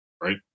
right